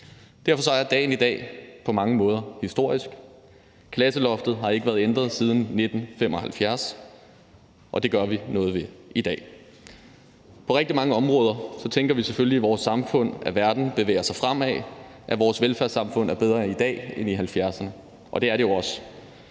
derfor er dagen i dag på mange måder historisk. Klasseloftet har ikke været ændret siden 1975, og det gør vi noget ved i dag. På rigtig mange områder tænker vi selvfølgelig i vores samfund, at verden bevæger sig fremad, og at vores velfærdssamfund er bedre i dag end i 1970'erne, og det er det jo også.